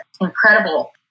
incredible